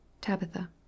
Tabitha